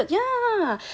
ya